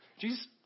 Jesus